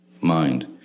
mind